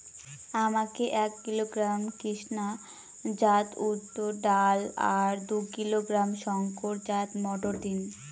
আমাকে এক কিলোগ্রাম কৃষ্ণা জাত উর্দ ডাল আর দু কিলোগ্রাম শঙ্কর জাত মোটর দিন?